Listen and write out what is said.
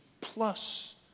plus